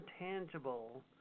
intangible